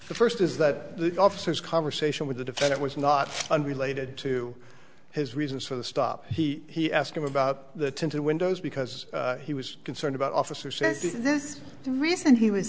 first is that the officers conversation with the defendant was not unrelated to his reasons for the stop he asked him about the tinted windows because he was concerned about officer says this is the reason he was